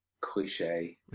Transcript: cliche